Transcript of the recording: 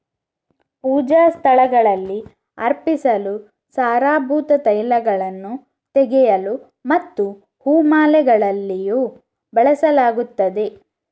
ಪೂಜಾ ಸ್ಥಳಗಳಲ್ಲಿ ಅರ್ಪಿಸಲು, ಸಾರಭೂತ ತೈಲಗಳನ್ನು ತೆಗೆಯಲು ಮತ್ತು ಹೂ ಮಾಲೆಗಳಲ್ಲಿಯೂ ಬಳಸಲಾಗುತ್ತದೆ